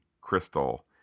crystal